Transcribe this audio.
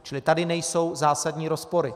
Čili tady nejsou zásadní rozpory.